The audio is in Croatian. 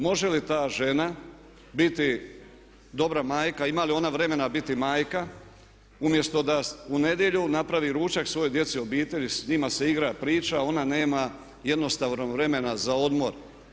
Može li ta žena biti dobra majka, ima li ona vremena biti majka, umjesto da u nedjelju napravi ručak svojoj djeci, obitelji, s njima se igra, priča, ona nema jednostavno vremena za odmor.